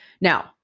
Now